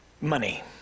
money—